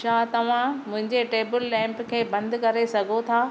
छा तव्हां मुंहिंजे टेबल लेम्प खे बंदि करे सघो था